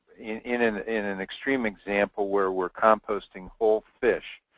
in an in an extreme example, where we're composting full fish,